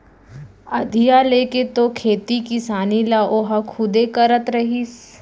अधिया लेके तो खेती किसानी ल ओहा खुदे करत रहिस